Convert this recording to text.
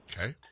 Okay